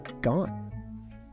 gone